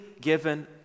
given